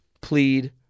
plead